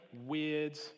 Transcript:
weird